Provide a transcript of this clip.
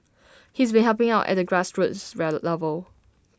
he's been helping out at the grassroots level